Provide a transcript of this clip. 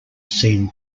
seen